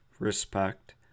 respect